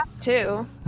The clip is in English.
two